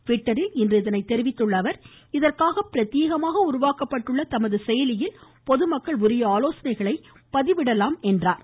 ட்விட்டரில் இன்று இதனை தெரிவித்துள்ள அவர் இதற்காக பிரத்யேகமாக உருவாக்கப்பட்டுள்ள தமது செயலியில் பொதுமக்கள் உரிய ஆலோசனைகளை பதிவிடலாம் என்றும் கூறியுள்ளார்